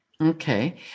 Okay